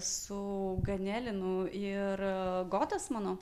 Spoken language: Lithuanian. su ganelinu ir gotesmanu